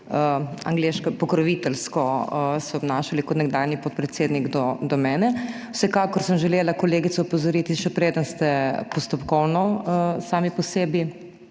nekako pokroviteljsko obnašali kot nekdanji podpredsednik do mene. Vsekakor sem želela kolegico opozoriti, še preden ste postopkovno sami po sebi